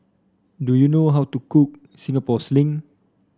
do you know how to cook Singapore Sling